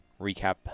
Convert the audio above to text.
recap